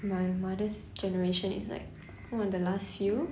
my mother's generation is like one of the last few